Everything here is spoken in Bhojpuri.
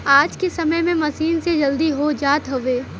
आज के समय में मसीन से जल्दी हो जात हउवे